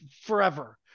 Forever